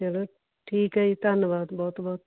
ਚਲੋ ਠੀਕ ਹੈ ਜੀ ਧੰਨਵਾਦ ਬਹੁਤ ਬਹੁਤ